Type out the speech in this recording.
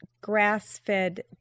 grass-fed